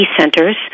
Centers